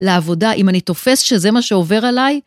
לעבודה, אם אני תופס שזה מה שעובר עליי?